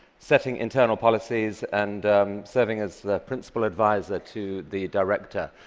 setting internal policies, and serving as the principal advisor to the director.